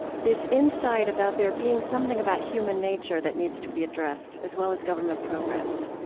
this insight about there being something about human nature that needs to be addressed as well as government programs,